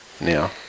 now